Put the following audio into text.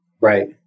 Right